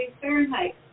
Fahrenheit